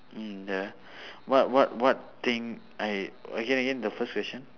mm ya what what what thing I again again the first question